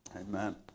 Amen